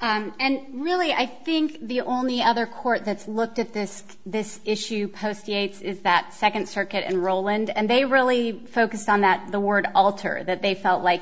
and really i think the only other court that's looked at this this issue post yates is that second circuit and roland and they really focused on that the word alter that they felt like